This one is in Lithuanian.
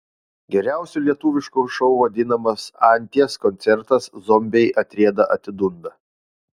geriausiu lietuvišku šou vadinamas anties koncertas zombiai atrieda atidunda